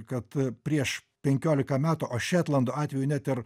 kad prieš penkiolika metų o šetlando atveju net ir